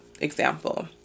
example